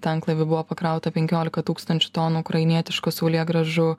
tanklaivį buvo pakrauta penkiolika tūkstančių tonų ukrainietiškų saulėgrąžų